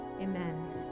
Amen